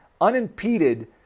unimpeded